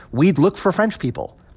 we'd look for french people.